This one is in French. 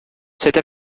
cette